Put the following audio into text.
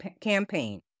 campaign